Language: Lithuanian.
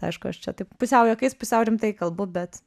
aišku aš čia taip pusiau juokais pusiau rimtai kalbu bet